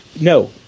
No